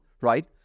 right